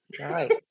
right